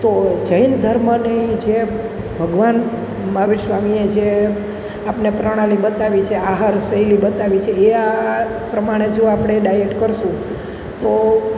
તો જૈન ધર્મની જે ભગવાન મહાવીર સ્વામીએ જે આપણને પ્રણાલી બતાવી છે આહાર શૈલી બતાવી છે એ આહાર પ્રમાણે જો આપણે ડાયટ કરીશું તો